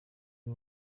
ari